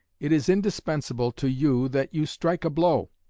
it is indispensable to you that you strike a blow.